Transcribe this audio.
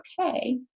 okay